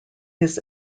his